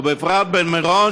ובפרט במירון,